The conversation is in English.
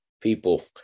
people